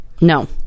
No